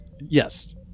Yes